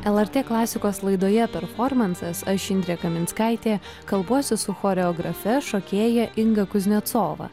lrt klasikos laidoje performansas aš indrė kaminskaitė kalbuosi su choreografe šokėja inga kuznecova